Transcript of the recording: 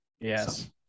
Yes